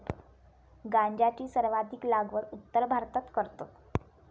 गांजाची सर्वाधिक लागवड उत्तर भारतात करतत